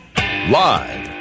Live